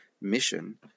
mission